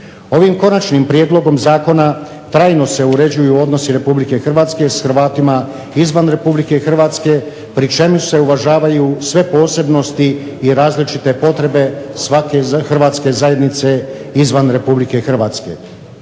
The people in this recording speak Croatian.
Ovim konačnim prijedlogom zakona trajno se uređuju odnosi Republike Hrvatske sa Hrvatima izvan Republike Hrvatske, pri čemu se uvažavaju sve posebnosti i različite potrebe svake hrvatske zajednice izvan Republike Hrvatske.